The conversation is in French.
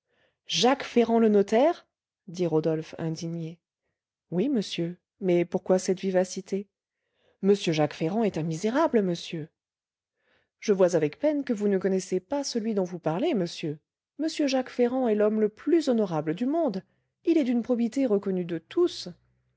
jacques ferrand le notaire dit rodolphe indigné oui monsieur mais pourquoi cette vivacité m jacques ferrand est un misérable monsieur je vois avec peine que vous ne connaissez pas celui dont vous parlez monsieur m jacques ferrand est l'homme le plus honorable du monde il est d'une probité reconnue de tous